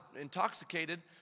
intoxicated